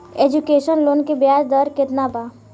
Education loan के ब्याज दर केतना बा?